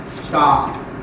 Stop